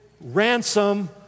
ransom